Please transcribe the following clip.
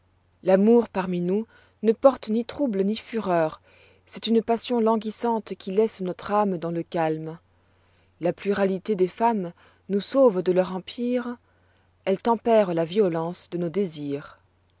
l'amour parmi nous ne porte ni trouble ni fureur c'est une passion languissante qui laisse notre âme dans le calme la pluralité des femmes nous sauve de leur empire elle tempère la violence de nos désirs